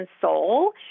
soul